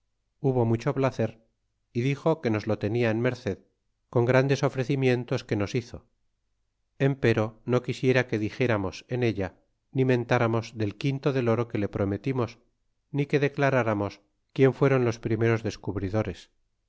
hubo mucho placer y dixo que nos lo tenia en merced con grandes ofrecimientos que nos hizo empero no quisiera que dixéramos en ella ttimentramos del quinto del oro que le prometimos ni que declaráramos quien fueron los primeros descubridores